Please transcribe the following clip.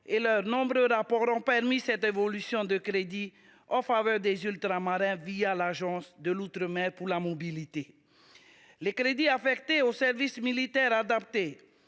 et leurs nombreux rapports, ont permis cette évolution de crédits en faveur des Ultramarins l’Agence de l’outre mer pour la mobilité. Les crédits affectés au service militaire adapté